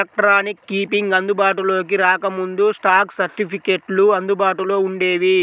electronic keeping అందుబాటులోకి రాకముందు, stock సర్టిఫికెట్లు అందుబాటులో వుండేవి